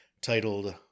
titled